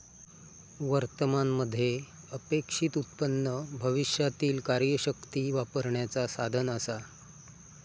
वर्तमान मध्ये अपेक्षित उत्पन्न भविष्यातीला कार्यशक्ती वापरण्याचा साधन असा